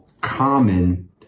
common